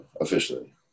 officially